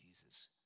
Jesus